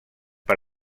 per